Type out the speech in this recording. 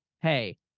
Hey